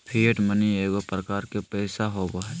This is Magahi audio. फिएट मनी एगो प्रकार के पैसा होबो हइ